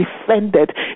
defended